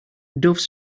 doves